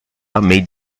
made